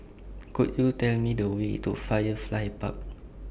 Could YOU Tell Me The Way to Firefly Park